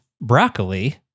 broccoli